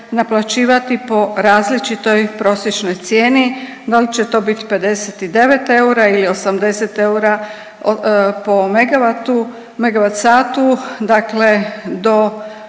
naplaćivati po različitoj prosječnoj cijeni, da li će to biti 59 eura ili 80 eura po megavatu, megavatsatu, dakle do,